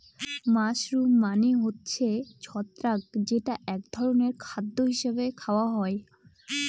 mushroom মানে হচ্ছে ছত্রাক যেটা এক ধরনের খাদ্য হিসাবে খাওয়া হয়